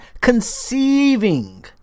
conceiving